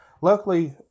luckily